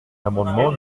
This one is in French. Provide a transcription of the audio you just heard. l’amendement